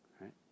right